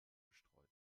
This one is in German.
bestreut